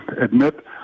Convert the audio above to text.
admit